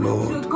Lord